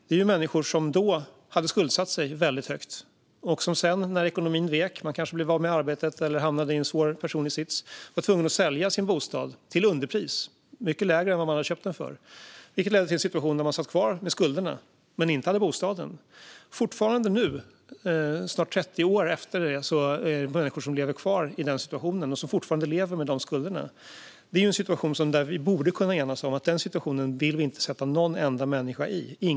Detta är människor som då hade skuldsatt sig väldigt högt och som sedan, när ekonomin vek och de kanske blev av med arbetet eller hamnade i en svår personlig sits, var tvungna att sälja sin bostad till underpris - mycket lägre än vad de hade köpt den för. Detta ledde till en situation där de satt kvar med skulderna men inte hade bostaden. Det finns människor som fortfarande, snart 30 år efter detta, lever i denna situation och som fortfarande lever med dessa skulder. Vi borde kunna enas om att vi inte vill sätta någon enda människa i den situationen.